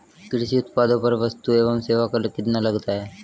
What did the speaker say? कृषि उत्पादों पर वस्तु एवं सेवा कर कितना लगता है?